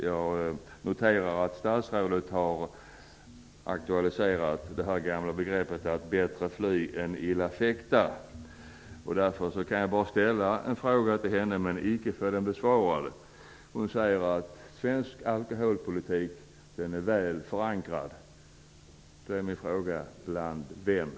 Jag noterar att statsrådet har aktualiserat det gamla talesättet bättre fly än illa fäkta. Därför kan jag bara ställa en fråga till henne utan att få den besvarad. Statsrådet säger ju att svensk alkoholpolitik är väl förankrad. Då är min fråga: Bland vilka?